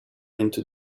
into